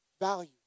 value